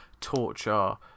torture